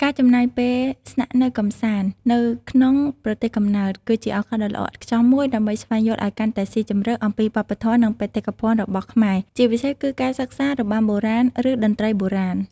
ការចំណាយពេលស្នាក់នៅកម្សាន្ត នៅក្នុងប្រទេសកំណើត គឺជាឱកាសដ៏ល្អឥតខ្ចោះមួយដើម្បីស្វែងយល់ឱ្យកាន់តែស៊ីជម្រៅអំពីវប្បធម៌ និងបេតិកភណ្ឌរបស់ខ្មែរ ជាពិសេសគឺការសិក្សា របាំបុរាណ ឬ តន្ត្រីបុរាណ។